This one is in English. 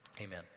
amen